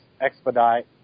expedite